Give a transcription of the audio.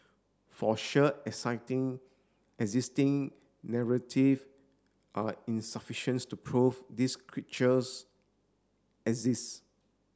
for sure exciting existing narrative are insufficience to prove this creatures exist